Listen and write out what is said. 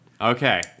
Okay